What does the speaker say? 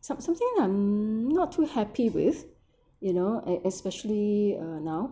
some something I'm not too happy with you know es~ especially uh now